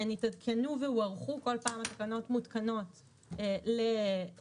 הן התעדכנו והוארכו וכל פעם התקנות מעודכנות לכחודש,